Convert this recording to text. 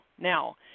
Now